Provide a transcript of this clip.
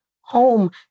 home